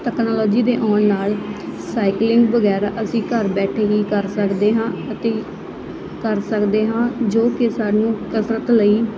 technology ਦੇ ਆਉਣ ਨਾਲ ਸਾਈਕਲਿੰਗ ਵਗੈਰਾ ਅਸੀਂ ਘਰ ਬੈਠੇ ਹੀ ਕਰ ਸਕਦੇ ਹਾਂ ਅਤੇ ਕਰ ਸਕਦੇ ਹਾਂ ਜੋ ਕਿ ਸਾਨੂੰ ਕਸਰਤ ਲਈ